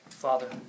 Father